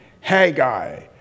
Haggai